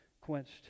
quenched